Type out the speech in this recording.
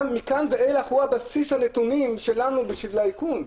מכאן ואילך הוא בסיס לנתונים שלנו בשביל האיכון.